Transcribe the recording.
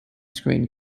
screen